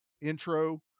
intro